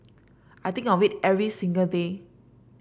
I think of it every single day